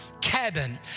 cabin